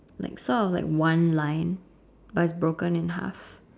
like sort of like one line but broken in half